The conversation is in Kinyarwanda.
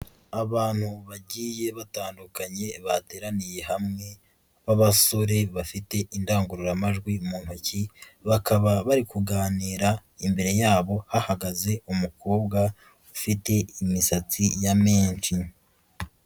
Abantu bagiye batandukanye bateraniye hamwe, b'abasore bafite indangururamajwi mu ntoki, bakaba bari kuganira, imbere yabo hahagaze umukobwa, ufite imisatsi ya menshi.